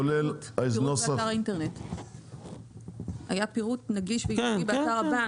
כולל הנוסח --- היה פרוט נגיש באתר הבנק